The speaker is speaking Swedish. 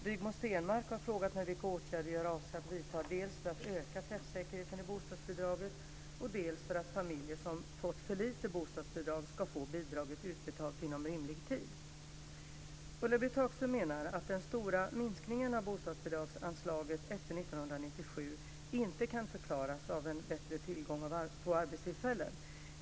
Rigmor Stenmark har frågat mig vilka åtgärder jag avser att vidta dels för att öka träffsäkerheten i bostadsbidraget och dels för att familjer som fått för lite bostadsbidrag ska få bidraget utbetalt inom rimlig tid. Ulla-Britt Hagström menar att den stora minskningen av bostadsbidragsanslaget efter 1997 inte kan förklaras av en bättre tillgång på arbetstillfällen.